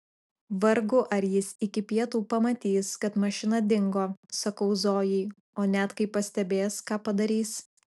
vargu ar jis iki pietų pamatys kad mašina dingo sakau zojai o net kai pastebės ką padarys